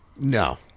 No